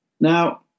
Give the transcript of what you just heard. Now